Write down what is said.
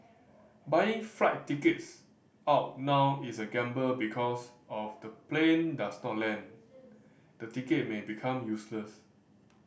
buying flight tickets out now is a gamble because of the plane does not land the ticket may become useless